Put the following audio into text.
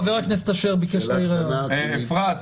אפרת,